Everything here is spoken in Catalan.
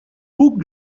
puc